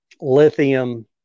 lithium